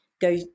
go